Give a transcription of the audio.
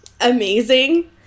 amazing